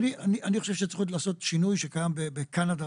אני חושב שצריך לעשות שינוי שקיים בקנדה,